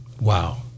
Wow